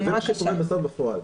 זה מה שקורה בסוף בפועל.